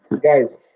guys